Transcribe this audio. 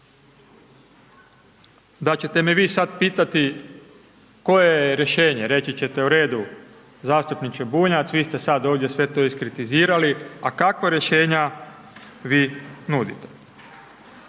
da ćete me vi sad pitati koje je rješenje, reći ćete u redu, zastupniče Bunjac, vi ste sad ovdje sve to iskritizirali, a kakva rješenja vi nudite?